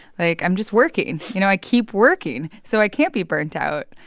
like, i'm just working. you know, i keep working, so i can't be burnt out.